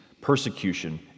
persecution